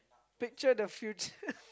picture the future